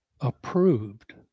Approved